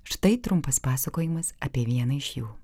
štai trumpas pasakojimas apie vieną iš jų